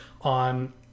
on